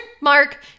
Mark